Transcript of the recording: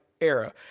era